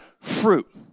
fruit